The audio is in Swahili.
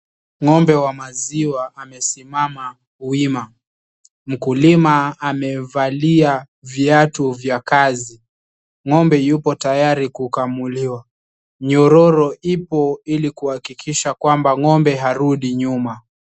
Ng'ombe wa maziwa amesimama wima, mkulima amevalia viatu vya kazi, ng'ombe yupo tayari kukamuliwa nyororo ipo ili kuhakikisha ng'ombe harudi nyuma.